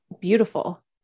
beautiful